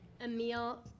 Emil